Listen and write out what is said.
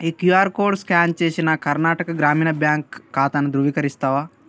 ఈ QR code scan చేసి నా కర్ణాటక గ్రామీణ బ్యాంక్ ఖాతాను ధృవీకరిస్తావా